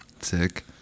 sick